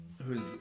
Who's-